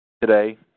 Today